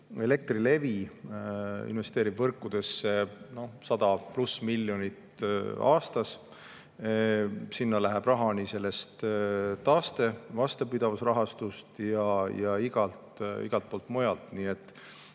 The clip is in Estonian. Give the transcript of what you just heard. Elektrilevi investeerib võrkudesse üle 100 miljoni aastas. Sinna läheb raha sellest taaste- ja vastupidavusrahastust ja ka igalt poolt mujalt. Nii et